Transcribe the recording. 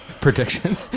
prediction